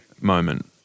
moment